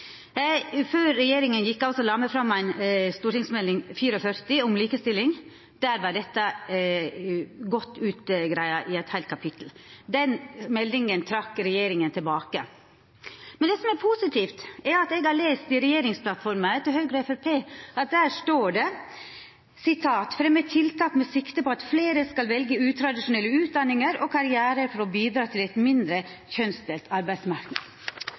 Før den førre regjeringa gjekk av, la ho fram Meld. St. 44 for 2012–2013 om likestilling. Der var dette greitt godt ut i eit heilt kapittel. Denne meldinga trekte regjeringa tilbake. Men det som er positivt, er at eg har lese i regjeringsplattforma til Høgre og Framstegspartiet at det står: «Fremme tiltak med sikte på at flere skal velge utradisjonelle utdanninger og karrierer, for å bidra til et mindre